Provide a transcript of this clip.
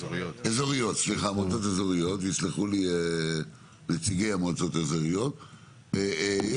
ויסלחו לי נציגי המועצות האזוריות,